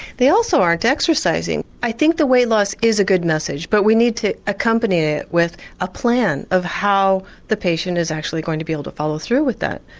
they also aren't exercising, i think the weight loss is a good message but we need to accompany it with a plan of how the patient is actually going to be able to follow through with that.